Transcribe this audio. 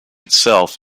itself